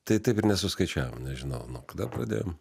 tai taip ir nesuskaičiavom nežinau nuo kada pradėjom